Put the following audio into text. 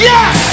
Yes